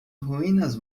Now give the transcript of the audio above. ruínas